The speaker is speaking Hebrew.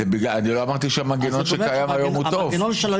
לא אמרתי שהמנגנון שקיים היום הוא טוב,